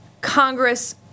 Congress